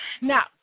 now